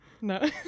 No